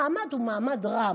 המעמד הוא מעמד רם.